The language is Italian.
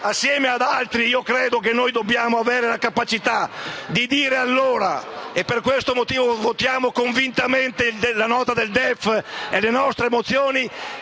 assieme ad altri, io credo che dobbiamo avere la capacità di dire - e per questo motivo votiamo convintamente a favore delle nostre risoluzioni